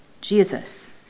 Jesus